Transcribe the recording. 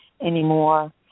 anymore